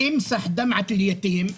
"אימסח' דמעת אל-יתים",